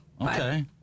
Okay